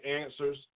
answers